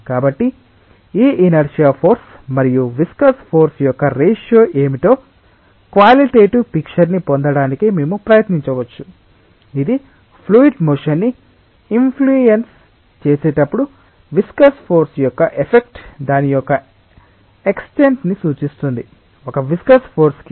కాబట్టి ఈ inertia force మరియు విస్కస్ ఫోర్సు యొక్క రేషియో ఏమిటో క్వాలిటెటివ్ పిక్చర్ ని పొందడానికి మేము ప్రయత్నించవచ్చు ఇది ఫ్లూయిడ్ మోషన్ ని ఇంఫ్లుయన్స్ చేసేటప్పుడు విస్కస్ ఫోర్సు యొక్క ఎఫెక్ట్ దాని యొక్క ఎక్స్టెంట్ ని సూచిస్తుంది ఒక విస్కస్ ఫోర్సు కి